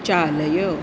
चालय